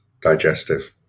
digestive